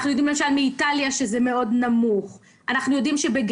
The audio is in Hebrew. אנחנו יודעים למשל מאיטליה שזה מאוד נמוך.